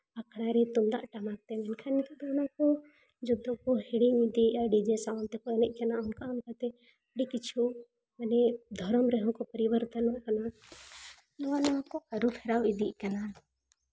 ᱟᱠᱷᱲᱟ ᱨᱮ ᱛᱩᱢᱫᱟᱹᱜ ᱴᱟᱢᱟᱠ ᱛᱮ ᱵᱟᱝᱠᱷᱟᱱ ᱱᱤᱛᱚᱜ ᱫᱚ ᱚᱱᱟ ᱠᱚ ᱡᱚᱛᱚ ᱠᱚ ᱦᱤᱲᱤᱧ ᱤᱫᱤᱭᱮᱫᱼᱟ ᱰᱤᱡᱮ ᱥᱟᱣᱩᱱᱰ ᱛᱮᱠᱚ ᱮᱱᱮᱡ ᱠᱟᱱᱟ ᱚᱱᱠᱟ ᱚᱱᱠᱟᱛᱮ ᱟᱹᱰᱤ ᱠᱤᱪᱷᱩ ᱫᱷᱚᱨᱚᱢ ᱨᱮᱦᱚᱸ ᱠᱚ ᱯᱚᱨᱤᱵᱟᱨ ᱛᱟᱦᱮᱱ ᱠᱟᱱᱟ ᱱᱚᱣᱟ ᱱᱚᱣᱟ ᱠᱚ ᱟᱹᱨᱩ ᱯᱷᱮᱨᱟᱣ ᱤᱫᱤᱜ ᱠᱟᱱᱟ